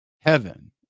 heaven